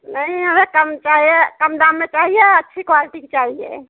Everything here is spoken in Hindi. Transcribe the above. नहीं हमें कम चाहिए कम दाम में चाहिए अच्छी क्वाल्टी की चाहिए